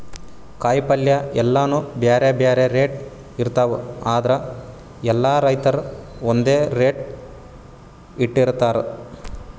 ಕಾಯಿಪಲ್ಯ ಎಲ್ಲಾನೂ ಬ್ಯಾರೆ ಬ್ಯಾರೆ ರೇಟ್ ಇರ್ತವ್ ಆದ್ರ ಎಲ್ಲಾ ರೈತರ್ ಒಂದ್ ರೇಟ್ ಇಟ್ಟಿರತಾರ್